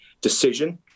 decision